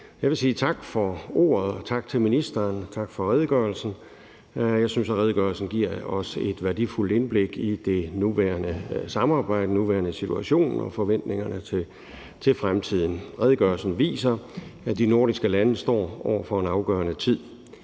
Jeg vil sige tak for ordet, tak til ministeren, tak for redegørelsen. Jeg synes, at redegørelsen giver os et værdifuldt indblik i det nuværende samarbejde, den nuværende situation og forventningerne til fremtiden. Redegørelsen viser, at de nordiske lande står over for en afgørende tid.